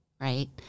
Right